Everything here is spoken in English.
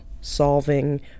solving